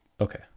Okay